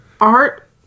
art